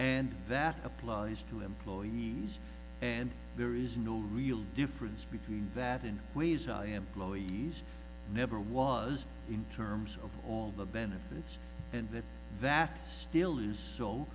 and that applies to employees and there is no real difference between that in ways our employees never was in terms of all the benefits and that still is so